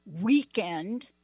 weekend